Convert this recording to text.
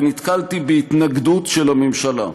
ונתקלתי בהתנגדות של הממשלה.